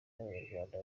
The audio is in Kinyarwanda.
n’abanyarwanda